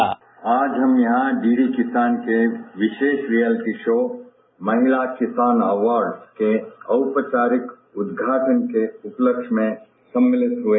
bite आज हम यहां डी डी किसान के विशेष रियालिटी शो महिला किसान अवार्डस के औपचारिक उद्घाटन के उपलक्ष्य में सम्मिलित हुए